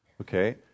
Okay